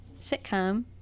sitcom